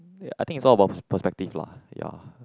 I think is all about perspective lah ya